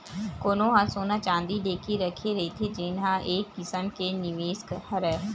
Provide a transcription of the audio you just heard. कोनो ह सोना चाँदी लेके रखे रहिथे जेन ह एक किसम के निवेस हरय